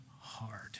hard